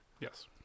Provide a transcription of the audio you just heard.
Yes